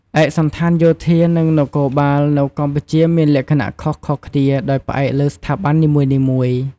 ឯកសណ្ឋានយោធា និងនគរបាលនៅកម្ពុជាមានលក្ខណៈខុសៗគ្នាដោយផ្អែកលើស្ថាប័ននីមួយៗ។